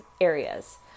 areas